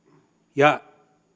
ja